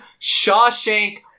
Shawshank